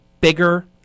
bigger